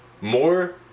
more